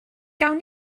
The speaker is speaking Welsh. gawn